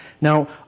Now